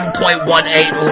1.18